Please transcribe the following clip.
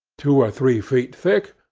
two or three feet thick,